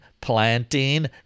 planting